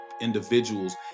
individuals